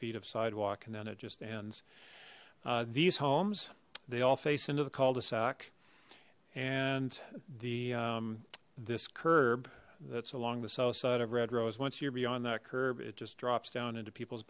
feet of sidewalk and then it just ends these homes they all face into the cul de sac and the this curb that's along the south side of red rose once you're beyond that curb it just drops down into people's